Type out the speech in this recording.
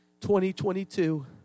2022